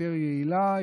יותר יעילה,